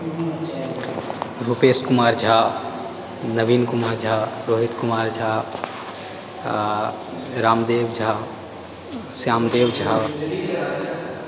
रुपेश कुमार झा नवीन कुमार झा रोहित कुमार झा आ रामदेव झा श्यामदेव झा